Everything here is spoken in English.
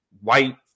white